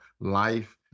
life